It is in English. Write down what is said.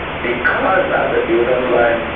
because of the durrand line,